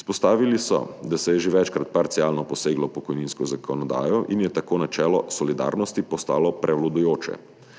Izpostavili so, da se je že večkrat parcialno poseglo v pokojninsko zakonodajo in je tako načelo solidarnosti postalo prevladujoče.